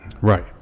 Right